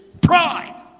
Pride